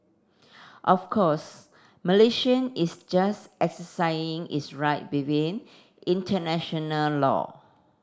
of course Malaysian is just exercising its right within international law